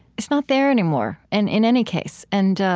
is not there anymore and in any case. and